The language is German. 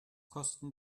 kosten